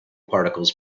particles